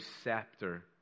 scepter